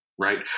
right